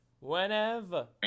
whenever